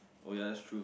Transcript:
oh ya that's true